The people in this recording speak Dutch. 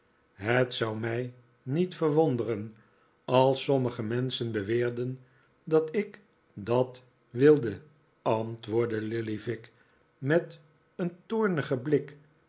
het zou mij niet verwonderen als sommige menschen beweerden dat ik dat wilde antwoordde lillyvick met een toornigen blik